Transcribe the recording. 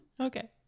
Okay